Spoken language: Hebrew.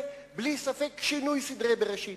זה בלי ספק שינוי סדרי בראשית.